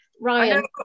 Ryan